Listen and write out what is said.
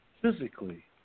physically